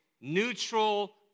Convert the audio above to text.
neutral